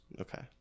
Okay